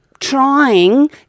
trying